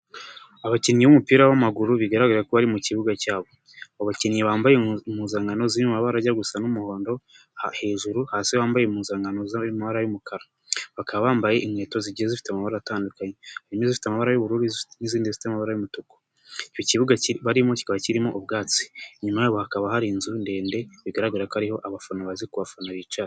Abakinnyi b'umupira w'amaguru bigaragara ko bari mu kibuga cyabo, abakinnyi bambaye impuzankano z'amabarajya gusa n'umuhondo hejuru, hasi wambaye impuzankano zifite amabara y'umukara, bakaba bambaye inkweto zigiye zifite amabara atandukanye, zimwe zifite amabara y'ubururu n'izindi zifite amabara y'umutuku, icyo kibuga barimo kikaba kirimo ubwatsi, inyuma yabo hakaba hari inzu ndende bigaragara ko ariho abafana baza kubafana bicara.